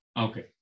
Okay